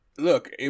Look